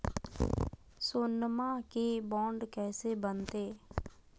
सोनमा के बॉन्ड कैसे बनते?